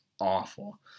awful